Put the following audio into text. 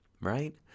right